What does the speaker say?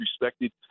respected